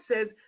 says